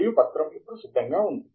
మరియు పత్రం ఇప్పుడు సిద్ధంగా ఉంది